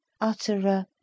utterer